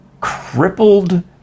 Crippled